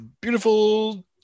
beautiful